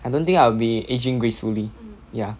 I don't think I'll be ageing gracefully ya